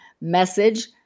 message